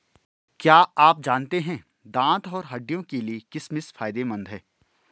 क्या आप जानते है दांत और हड्डियों के लिए किशमिश फायदेमंद है?